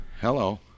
hello